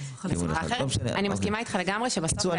אני מסכימה איתך לגמרי שב- -- בקיצור,